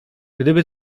gdyby